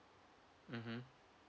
mmhmm